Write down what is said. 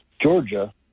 Georgia